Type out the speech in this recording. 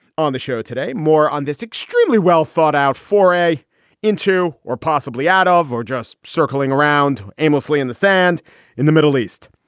on the show today, more on this extremely well thought out foray into or possibly out ah of or just circling around aimlessly in the sand in the middle east.